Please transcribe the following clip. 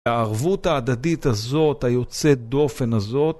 הערבות ההדדית הזאת, היוצאת דופן הזאת